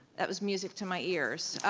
that was music to my ears.